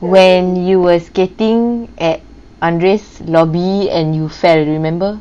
when you was getting at andre's lobby and you fell remember